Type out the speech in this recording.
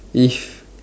if